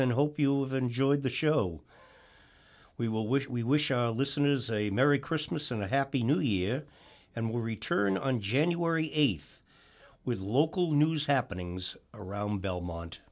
and hope you have enjoyed the show we will wish we wish our listeners a merry christmas and a happy new year and we return on january th with local news happening around belmont